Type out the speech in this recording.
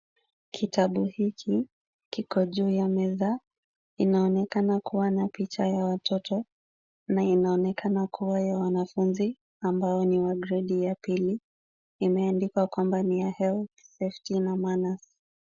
Kitabu hiki kiko juu ya meza, inaonekana kuwa na picha ya watoto na inaonekana kuwa ya wanafunzi ambao ni wa gredi ya pili, imeandikwa kwamba ni ya Health, Safety na Manners .